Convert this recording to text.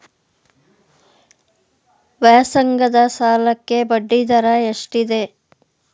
ವ್ಯಾಸಂಗದ ಸಾಲಕ್ಕೆ ಬಡ್ಡಿ ದರ ಎಷ್ಟಿದೆ?